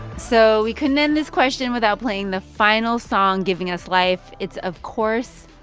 so we couldn't end this question without playing the final song giving us life. it's, of course,